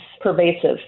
pervasive